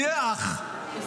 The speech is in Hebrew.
תהיה אח,